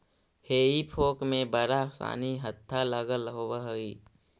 हेई फोक में बड़ा सानि हत्था लगल होवऽ हई